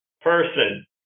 person